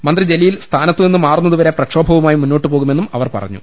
മന്ത്രി ജലീൽ സ്ഥാനത്തു നിന്നു മാറുന്നതു വരെ പ്രക്ഷോഭവുമായി മുന്നോട്ടു പോകു മെന്നും അവർ പറഞ്ഞു